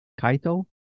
Kaito